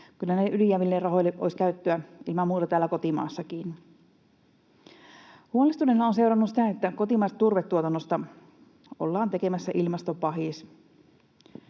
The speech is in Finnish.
Kyllä niille yli jääville rahoille olisi käyttöä ilman muuta täällä kotimaassakin. Huolestuneena olen seurannut sitä, että kotimaisesta turvetuotannosta ollaan tekemässä ilmastopahis